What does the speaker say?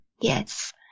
Yes